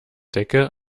decke